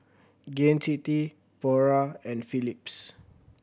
Gain City Pura and Philips